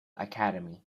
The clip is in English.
academy